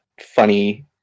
funny